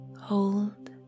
hold